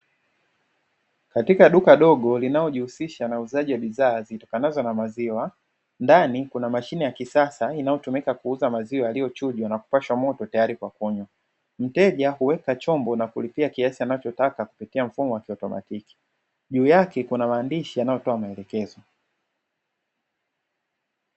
Katika duka dogo linalojuhisisha na uuzaji wa bidhaa zituokanazo na maziwa. Ndani kuna mashine ya kisasa inayotumika kuuza maziwa yaliyochujwa na kupashwa moto, tayari kwa kunywa. Mteja huweka chombo na kulipia kiasi anachotaka kupitia mfumo wa kiautomatiki. Juu yake kuna maandishi yanayotoa maelekezo.